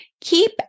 keep